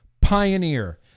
pioneer